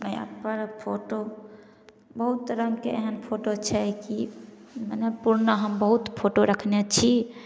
नया परक फोटो बहुत रंगके एहन फोटो छै कि मने पुरना हम बहुत फोटो रखने छी